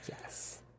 Yes